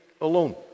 alone